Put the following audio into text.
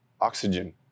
oxygen